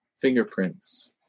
fingerprints